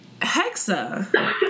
Hexa